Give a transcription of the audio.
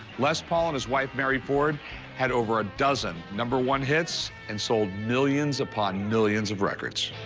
les paul and his wife mary ford had over a dozen number one hits and sold millions upon millions of records.